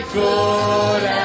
good